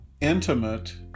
intimate